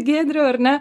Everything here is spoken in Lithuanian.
giedrių ar ne